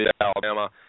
Alabama